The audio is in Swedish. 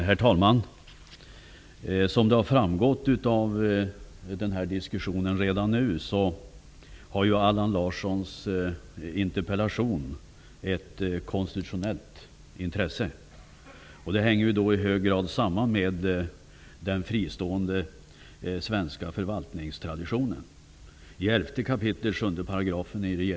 Herr talman! Som det redan nu har framgått av den här diskussionen, är Allan Larssons interpellation av ett konstitutionellt intresse. Det hänger i hög grad samman med den fristående svenska förvaltningstraditionen.